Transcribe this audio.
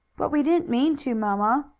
but we didn't mean to, mamma,